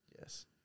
Yes